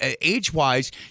age-wise